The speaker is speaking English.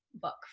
book